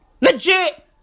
Legit